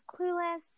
clueless